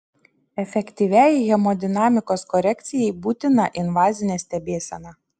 efektyviai hemodinamikos korekcijai būtina invazinė stebėsena